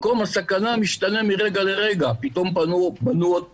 מקום הסכנה משתנה מרגע לרגע: פתאום בנו עוד פיגום,